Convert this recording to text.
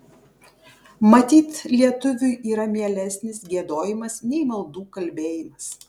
matyt lietuviui yra mielesnis giedojimas nei maldų kalbėjimas